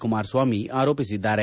ಕುಮಾರಸ್ವಾಮಿ ಆರೋಪಿಸಿದ್ದಾರೆ